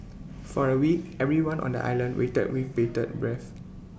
for A week everyone on the island waited with bated breath